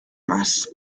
más